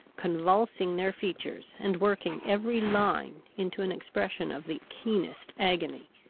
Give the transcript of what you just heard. convulsing their features, and working every line into an expression of the keenest agony.